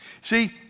See